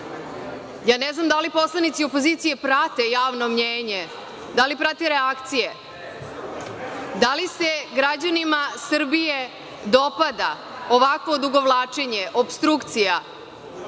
Ja ne znam da li poslanici opozicije prate javno mnjenje, da li prate reakcije? Da li se građanima Srbije dopada ovakvo odugovlačenje, opstrukcija?